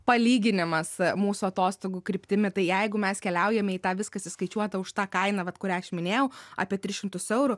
palyginimas mūsų atostogų kryptimi tai jeigu mes keliaujame į tą viskas įskaičiuota už tą kainą vat kurią aš minėjau apie tris šimtus eurų